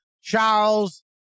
Charles